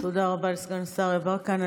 תודה רבה לסגן השר יברקן.